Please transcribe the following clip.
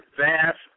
vast